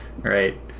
Right